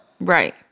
Right